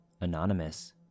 Anonymous